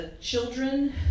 children